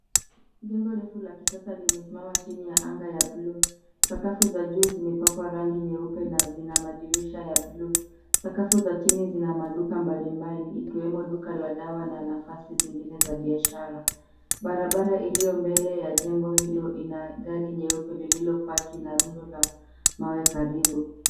Jengo refu la kisasa limesimama chini ya anga ya buluu. Sakafu za juu zimepakwa rangi nyeupe na zina madirisha ya buluu. Sakafu za chini zina maduka mbalimbali ikiwemo duka la dawa na nafasi zingine za biashara. Barabara iliyo mbele ya jengo hilo lina gari nyeupe nililopaki na rundo ya mawe karibu.